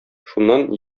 шуннан